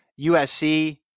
USC